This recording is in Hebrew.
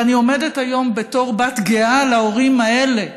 ואני עומדת היום בתור בת גאה להורים האלה,